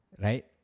right